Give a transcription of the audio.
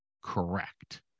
correct